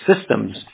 systems